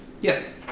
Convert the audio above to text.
Yes